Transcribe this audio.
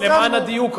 למען הדיוק רק.